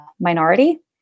minority